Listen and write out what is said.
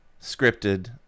scripted